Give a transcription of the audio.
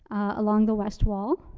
along the west wall.